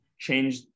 change